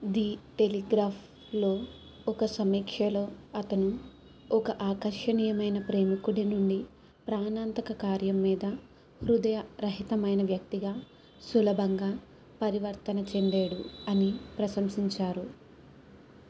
the టెలిగ్రాఫ్లో ఒక సమీక్షలో అతను ఒక ఆకర్షణీయమైన ప్రేమికుడి నుండి ప్రాణాంతక కార్యం మీద హృదయరహితమైన వ్యక్తిగా సులభంగా పరివర్తన చెందేడు అని ప్రశంసించారు